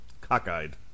cockeyed